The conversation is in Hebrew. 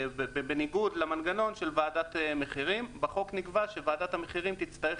בניגוד למנגנון של ועדת מחירים בחוק נקבע שוועדת המחירים תצטרך